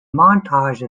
montage